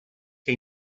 que